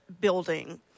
building